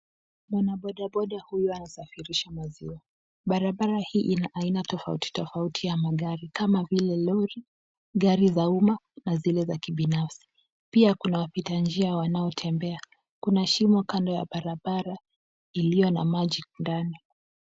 Mwanabodaboda huyu anasafirisha maziwa. Barabara hii ina aina tofauti tofauti ya magari, kama vile lori, gari za uma, na gari za fedha ya kibinafsi. Pia kuna wapita njia wanaotembea. Pia kina shimo lango ya barabara iliyo na maji ndani.